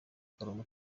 kugarura